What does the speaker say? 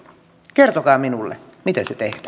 kertokaa minulle miten se tehdään